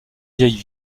vieille